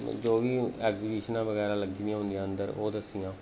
जो बी ऐग्जीबिशनां बगैरा लग्गी दियां उं'दियां अंदर ओह् दस्सियां